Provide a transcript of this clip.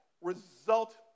result